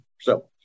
So-